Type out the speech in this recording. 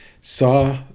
saw